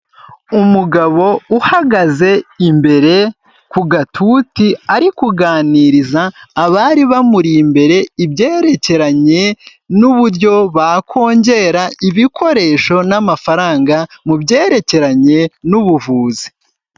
Umugabo uhagaze imbere ku gatuti, ari kuganiriza abari bamuri imbere ibyerekeranye n'uburyo bakongera ibikoresho n'amafaranga mu byerekeranye n'ubuvuzi.